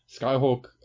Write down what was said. Skyhawk